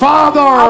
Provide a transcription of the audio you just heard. Father